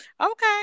okay